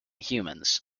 humans